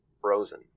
frozen